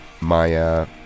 Maya